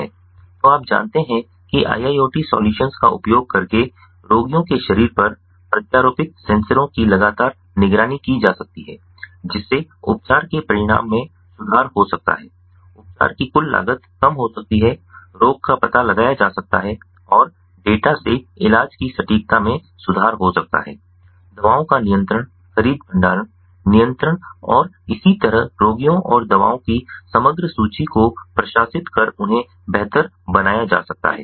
तो आप जानते हैं कि IIoT सॉल्यूशंस का उपयोग करके रोगियों के शरीर पर प्रत्यारोपित सेंसरों की लगातार निगरानी की जा सकती है जिससे उपचार के परिणाम में सुधार हो सकता है उपचार की कुल लागत कम हो सकती है रोग का पता लगाया जा सकता है और डेटा से इलाज की सटीकता में सुधार हो सकता है दवाओं का नियंत्रण खरीद भंडारण नियंत्रण और इसी तरह रोगियों और दवाओं कि समग्र सूची को प्रशासित कर उन्हें बेहतर बनाया जा सकता है